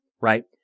right